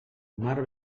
març